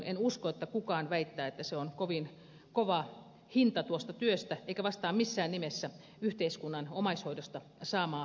en usko että kukaan väittää että se on kovin kova hinta tuosta työstä eikä se vastaa missään nimessä yhteiskunnan omaishoidosta saamaa hyötyä